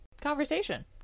conversation